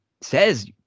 Says